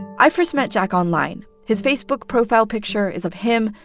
i first met jack online. his facebook profile picture is of him,